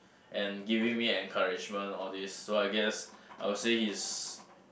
and giving me encouragement all this so I guess I will say he is